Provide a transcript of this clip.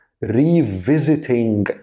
revisiting